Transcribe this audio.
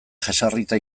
jesarrita